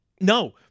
No